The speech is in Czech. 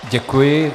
Děkuji.